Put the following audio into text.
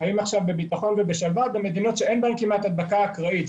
חיים עכשיו בביטחון ובשלווה במדינות שאין בהן כמעט הדבקה אקראית,